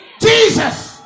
Jesus